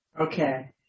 Okay